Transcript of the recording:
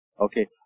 okay